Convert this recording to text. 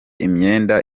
imyenda